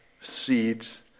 seeds